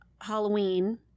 halloween